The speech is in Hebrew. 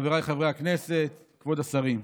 חבריי חברי הכנסת, כבוד השרים,